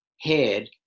head